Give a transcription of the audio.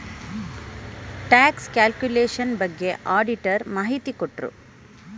tax calculation ಬಗ್ಗೆ auditor ಮಾಹಿತಿ ಕೊಟ್ರು